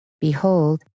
Behold